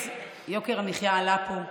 יוקר המחיה עלה פה בהחלט,